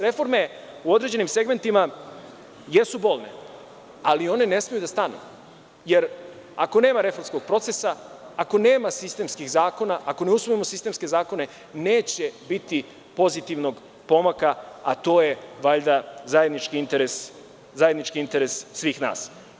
Reforme u određenim segmentima jesu bolne, ali one ne smeju da stanu, jer ako nema reformskog procesa, ako nema sistemskih zakona, ako ne usvojimo sistemske zakone, neće biti pozitivnog pomaka, a to je valjda zajednički interes svih nas.